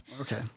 Okay